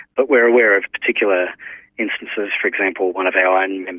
but we're aware of particular instances, for example, one of our and and and